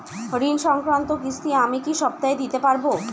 ঋণ সংক্রান্ত কিস্তি আমি কি সপ্তাহে দিতে পারবো?